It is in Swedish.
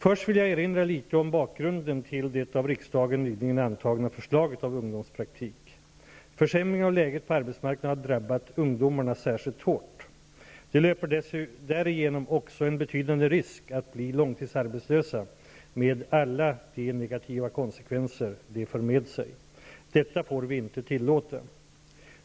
Först vill jag erinra litet om bakgrunden till det av riksdagen nyligen antagna förslaget om ungdomspraktik. Försämringen av läget på arbetsmarknaden har drabbat ungdomarna särskilt hårt. De löper därigenom också en betydande risk att bli långtidsarbetslösa med alla de negativa konsekvenser det för med sig. Detta får vi inte tillåta.